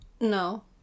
No